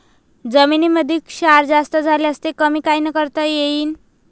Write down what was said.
जमीनीमंदी क्षार जास्त झाल्यास ते कमी कायनं करता येईन?